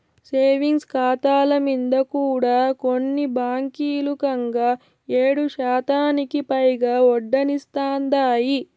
savings కాతాల మింద కూడా కొన్ని బాంకీలు కంగా ఏడుశాతానికి పైగా ఒడ్డనిస్తాందాయి